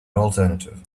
alternative